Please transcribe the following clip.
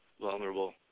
vulnerable